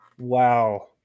Wow